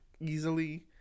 easily